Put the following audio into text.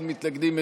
אין מתנגדים,